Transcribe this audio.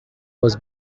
was